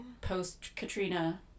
Post-Katrina